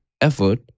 effort